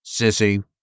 Sissy